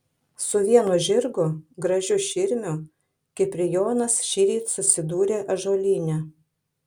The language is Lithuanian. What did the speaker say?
su vienu žirgu gražiu širmiu kiprijonas šįryt susidūrė ąžuolyne